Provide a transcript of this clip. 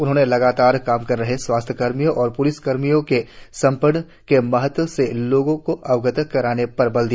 उन्होंने लगातार काम कर रहे स्वास्थ्यकर्मियों और प्लिसकर्मियों के समर्पण के महत्व से लोगों को अवगत कराने पर बल दिया